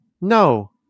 no